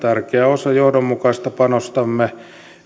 osa johdonmukaista panostamme